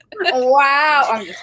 Wow